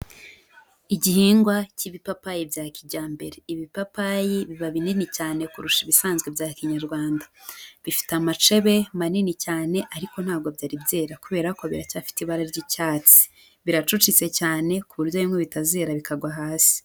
Igihingwa cy'ibipapayi bya kijyambere. Ibipapayi biba binini cyane kurusha ibisanzwe bya Kinyarwanda. Bifite amacebe manini cyane ariko ntabwo byari byera kubera ko biracyafite ibara ry'icyatsi. Biracucitse cyane ku buryo bimwe bitazera bikagwa hasi.